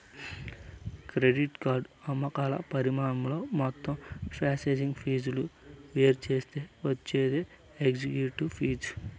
credit card అమ్మకాల పరిమాణంతో మొత్తం ప్రాసెసింగ్ ఫీజులు వేరుచేత్తే వచ్చేదే ఎఫెక్టివ్ ఫీజు